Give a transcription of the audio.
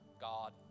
God